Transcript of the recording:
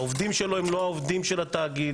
העובדים שלו הם לא עובדים של התאגיד.